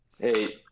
Hey